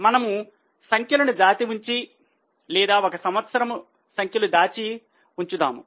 మనము సంఖ్యలను దాచి ఉంచి లేదా ఒక సంవత్సరము సంఖ్యలు దాచి ఉంచిదాము